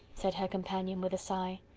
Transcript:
said her companion with a sigh.